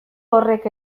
horrek